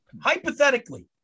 Hypothetically